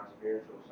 spiritual